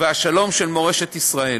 והשלום של מורשת ישראל.